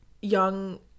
young